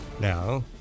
Now